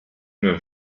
nur